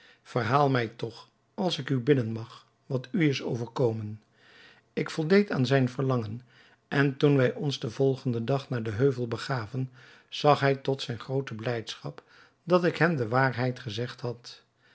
verhaal mij toch als ik u bidden mag wat u is overkomen ik voldeed aan zijn verlangen en toen wij ons den volgenden dag naar den heuvel begaven zag hij tot zijne groote blijdschap dat ik hem de waarheid gezegd had